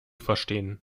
verstehen